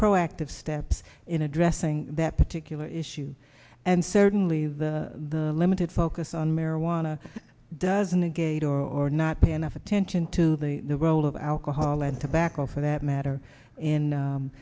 proactive steps in addressing that particular issue and certainly the limited focus on marijuana doesn't negate or not pay enough attention to the the world of alcohol and tobacco for that matter